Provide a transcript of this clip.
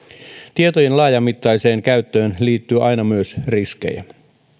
tietojen laajamittaiseen käyttöön liittyy aina myös riskejä